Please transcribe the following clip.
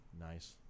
nice